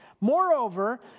Moreover